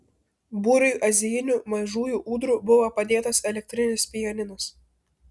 būriui azijinių mažųjų ūdrų buvo padėtas elektrinis pianinas